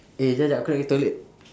eh jap jap aku nak pergi toilet